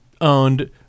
owned